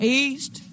east